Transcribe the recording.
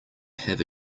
have